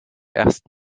erst